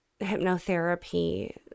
hypnotherapy